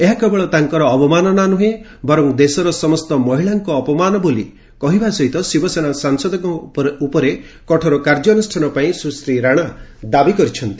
ଏହା କେବଳ ତାଙ୍କର ଅବମାନନା ନୁହେଁ ବର୍ଚ୍ଚ ଦେଶର ସମସ୍ତ ମହିଳାଙ୍କ ଅପମାନ ବୋଲି କହିବା ସହିତ ଶିବସେନା ସାଂସଦଙ୍କ ଉପରେ କଠୋର କାର୍ଯ୍ୟାନୁଷ୍ଠାନ ପାଇଁ ସୁଶ୍ରୀ ରାଣା ଦାବି କରିଛନ୍ତି